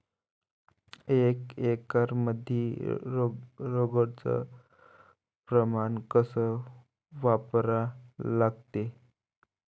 एक एकरमंदी रोगर च प्रमान कस वापरा लागते?